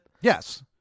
Yes